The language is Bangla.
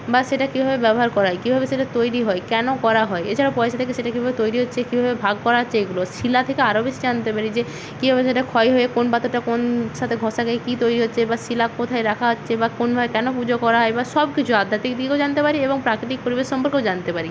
বা সেটা কীভাবে ব্যবহার করা হয় কীভাবে সেটা তৈরি হয় কেন করা হয় এছাড়া পয়সা থেকে সেটা কীভাবে তৈরি হচ্ছে কীভাবে ভাগ করা হচ্ছে এগুলো শিলা থেকে আরও বেশি জানতে পারি যে কীভাবে সেটা ক্ষয় হয়ে কোন পাথরটা কোন সাথে ঘষা গিয়ে কী তৈরি হচ্ছে বা শিলা কোথায় রাখা হচ্ছে বা কোনভাবে কেন পুজো করা হয় বা সব কিছু আধ্যাত্মিক দিকও জানতে পারি এবং প্রাকৃতিক পরিবেশ সম্পর্কেও জানতে পারি